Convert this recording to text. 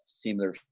similar